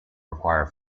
require